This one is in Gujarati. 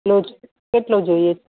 લોટ કેટલો જોઈએ